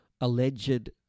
alleged